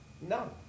No